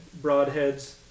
broadheads